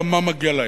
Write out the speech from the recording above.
גם מה מגיע להם.